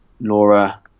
Laura